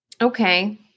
Okay